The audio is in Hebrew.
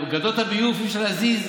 את גדות הביוב אי-אפשר להזיז,